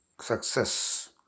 success